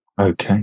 Okay